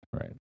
right